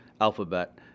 alphabet